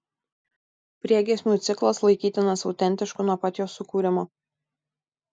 priegiesmių ciklas laikytinas autentišku nuo pat jo sukūrimo